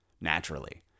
Naturally